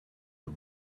the